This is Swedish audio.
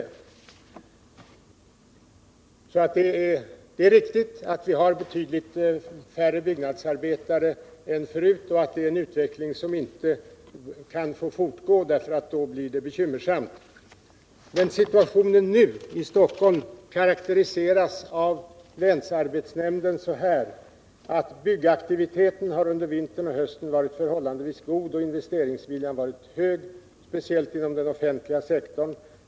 Det är alltså riktigt att vi har betydligt färre byggnadsarbetare än förut och att det är en utveckling som inte kan få fortgå, för då blir det bekymmersamt. Men situationen nu i Stockholm karakteriseras av länsarbetsnämnden så, att byggaktiviteten under hösten och vintern har varit förhållandevis god och investeringsviljan hög, framför allt inom den offentliga sektorn.